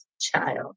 child